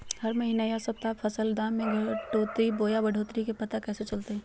हरी महीना यह सप्ताह फसल के दाम में घटोतरी बोया बढ़ोतरी के पता कैसे चलतय?